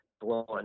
blowing